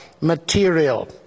material